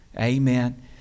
Amen